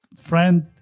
friend